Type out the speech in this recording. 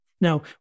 Now